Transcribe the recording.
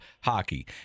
hockey